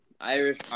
Irish